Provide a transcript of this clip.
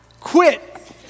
quit